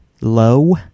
low